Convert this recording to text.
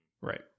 Right